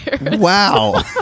Wow